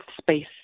space